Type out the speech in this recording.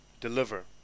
Deliver